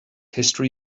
history